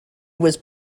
was